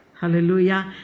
Hallelujah